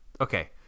okay